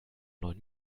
neuen